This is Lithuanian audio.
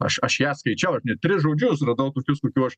aš aš ją skaičiau ir net tris žodžius radau tokius kokių aš